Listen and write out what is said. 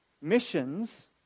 missions